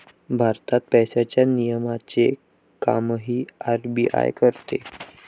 भारतात पैशांच्या नियमनाचे कामही आर.बी.आय करते